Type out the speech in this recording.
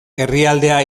herrialdea